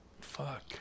Fuck